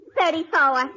Thirty-four